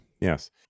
Yes